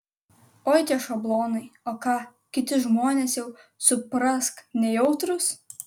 oi tie šablonai o ką kiti žmonės jau suprask nejautrūs